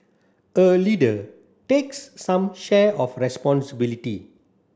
a leader takes some share of responsibility